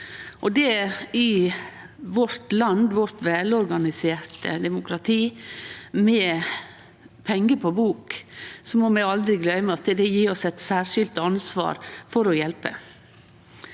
i vårt land, med vårt velorganiserte demokrati med pengar på bok, må aldri gløyme at det gjev oss eit særskilt ansvar for å hjelpe